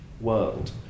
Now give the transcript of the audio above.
world